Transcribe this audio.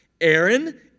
Aaron